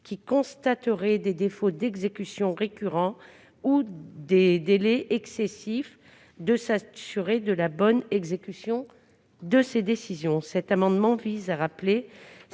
qui constaterait des défauts d'exécution récurrents ou des délais excessifs de s'assurer de la bonne exécution de ces décisions.